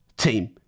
team